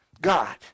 God